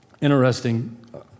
interesting